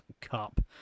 Cup